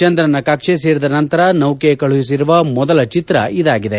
ಚಂದ್ರನ ಕಕ್ಷೆ ಸೇರಿದ ನಂತರ ನೌಕೆ ಕಳುಹಿಸಿರುವ ಮೊದಲ ಚಿತ್ರ ಇದಾಗಿದೆ